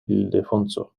ildefonso